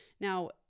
Now